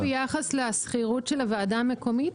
רק ביחס לשכירות של הוועדה המקומית?